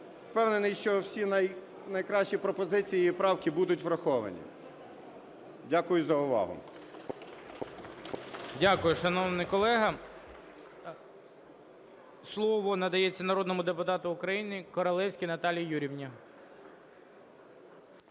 Впевнений, що всі найкращі пропозиції і правки будуть враховані. Дякую за увагу. ГОЛОВУЮЧИЙ. Дякую, шановний колего. Слово надається народному депутату України Королевській Наталії Юріївні.